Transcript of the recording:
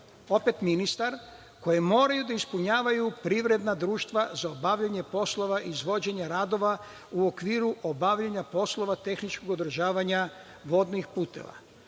opet ministar, koje moraju da ispunjavaju privredna društva za obavljanje poslova izvođenja radova u okviru obavljanja poslova tehničkog održavanja vodnih puteva.